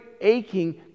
aching